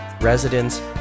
residents